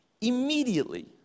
Immediately